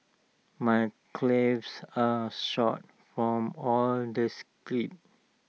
my are sore from all the sprints